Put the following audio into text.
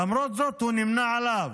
ולמרות זאת הוא נמנה עימו.